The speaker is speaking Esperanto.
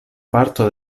parto